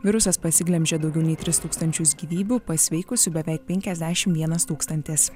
virusas pasiglemžė daugiau nei tris tūkstančius gyvybių pasveikusių beveik penkiasdešim vienas tūkstantis